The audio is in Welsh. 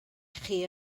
chi